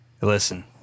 Listen